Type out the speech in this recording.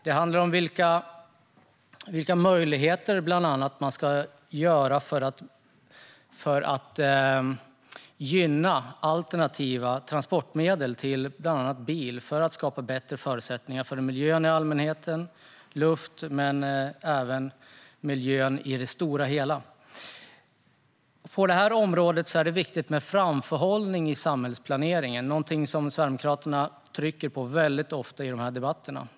Det handlar bland annat om vilka möjligheter som ska finnas för att gynna alternativa transportmedel till bland annat bilen, för att skapa bättre förutsättningar för bättre luft och för miljön på det stora hela. På det här området är det viktigt med framförhållning i samhällsplaneringen. Det är något som Sverigedemokraterna trycker på ofta i de här debatterna.